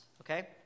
Okay